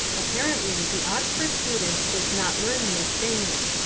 apparently, the oxford student does not learn these things.